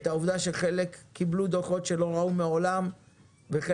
את העובדה שחלק קיבלו דוחות שלא ראו מעולם וחלק